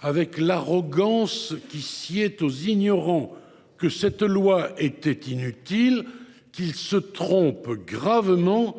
avec l’arrogance qui sied aux ignorants, que cette loi était inutile, qu’ils se trompent gravement